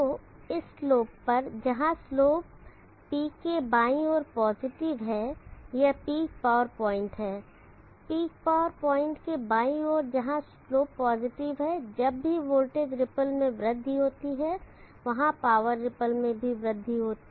तो इस स्लोप पर जहां स्लोप पीक के बाईं ओर पॉजिटिव है यह पीक पावर पॉइंट है पीक पावर पॉइंट के बाईं ओर जहां स्लोप पॉजिटिव है जब भी वोल्टेज रिपल में वृद्धि होती है वहाँ पावर रिपल में भी वृद्धि होगी